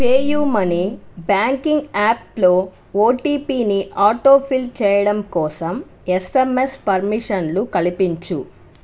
PayU money banking యాప్లో ఓటీపీని autofill చేయడం కోసం ఎస్ఎంఎస్ పర్మిషన్లు కల్పించు